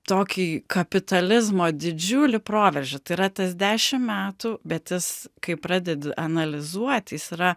tokį kapitalizmo didžiulį proveržį tai yra tas dešim metų bet jis kai pradedi analizuoti jis yra